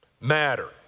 matter